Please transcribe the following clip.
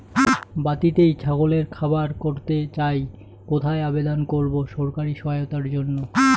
বাতিতেই ছাগলের খামার করতে চাই কোথায় আবেদন করব সরকারি সহায়তার জন্য?